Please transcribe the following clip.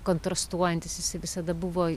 kontrastuojantis jisai visada buvo